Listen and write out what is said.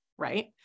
right